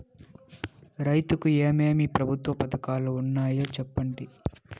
రైతుకు ఏమేమి ప్రభుత్వ పథకాలు ఉన్నాయో సెప్పండి?